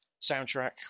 Soundtrack